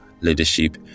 leadership